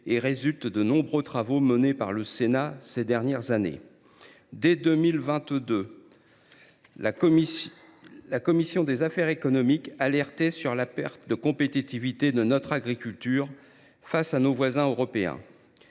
et résulte de nombreux travaux menés par le Sénat au cours des dernières années. Dès 2022, la commission des affaires économiques alertait sur la perte de compétitivité de notre agriculture par rapport à nos voisins européens.